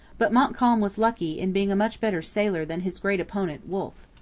but montcalm was lucky in being a much better sailor than his great opponent wolfe.